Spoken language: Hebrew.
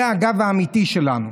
זה הגב האמיתי שלנו.